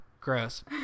gross